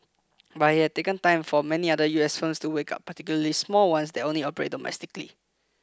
but it had taken time for many other U S firms to wake up particularly small ones that only operate domestically